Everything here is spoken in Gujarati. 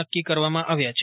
નકકી કરવામાં આવ્યા છે